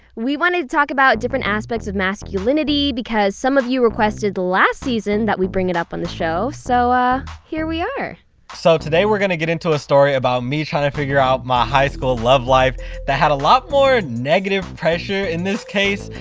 we wanted to talk about different aspects of masculinity because some of you requested last season that we bring it up on the show, so here we are so today we're gonna get into a story about me trying to figure out my high school love life that had a lot more negative pressure, in this case,